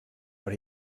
but